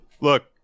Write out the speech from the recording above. Look